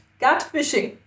catfishing